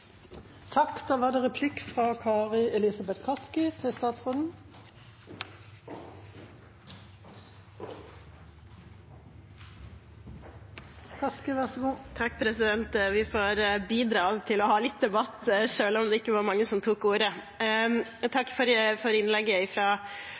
Det blir replikkordskifte. Vi får bidra til å ha litt debatt, selv om det ikke var mange som tok ordet.